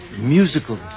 musical